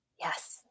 Yes